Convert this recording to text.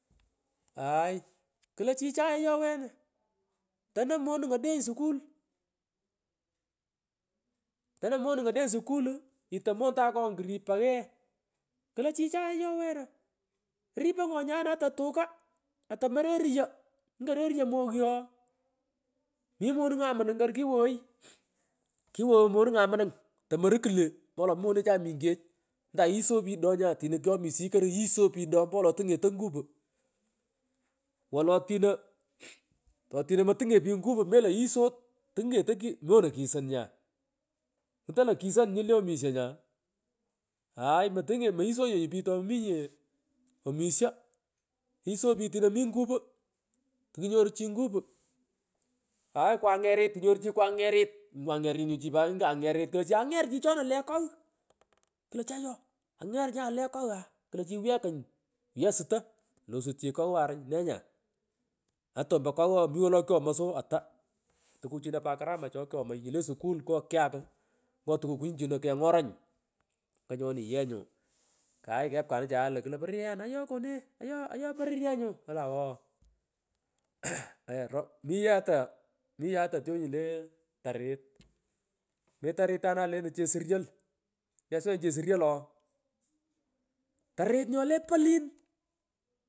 Haay chichay ayoo wena tano monung odeny skuu, tano momuyng o deny skul ito monda akonga krip paghe kurekteghtegh gudana klo shichag vyoo weno ripongo nyaana ata kuka ota morerayo, ntokororeruyo megha ooh mi monungai mumung kor kiwoghoikumung kiwoghoi mopmungai nomingi tokoro kle ompowo mi monechai mungech anta ghishai pich daa nya tino kyomishiyii kor yishoi picha do ompo wolo tungetii nguru mhh wee tinommhh totino matungnye pich ngupu mda yiyshot pich tino mi ngupu tokunyoru chi ngupu haas kwavut nyoru chi kwangeree, kwangeret nya chi nyi kwangerit angere chichena le kogahkurogherwa ngalaka klo chii ayoo anguer nyale kogh aah, kle chi wughe ko waye suto ki sut chi kang warunyi nee nya ato ompo kagh ooh mi wala kyang soo ata tukichino pat karamach chockyomoy nyle skul ngo kyak ngo tukukanyi chino kingorangi. Ngangomi ya nyu kumung uugh hay kaekangacha yee nyu kio aoronye ayo kone ayo poronyengun olan ooh aah hoya ooh miyea ata miyeo ata tyonye le tarit mi ta tamay lentay chesuryoli ng’kesuwanyi chesuryoi ooh tarit nyola polenikuraghtanu ngalana.